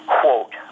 quote